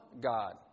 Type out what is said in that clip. God